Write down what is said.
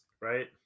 Right